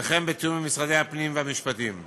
וכן בתיאום עם משרדי הפנים והמשפטים.